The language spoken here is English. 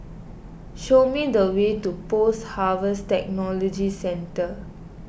show me the way to Post Harvest Technology Centre